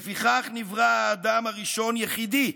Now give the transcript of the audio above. "לפיכך נברא האדם הראשון יחידי,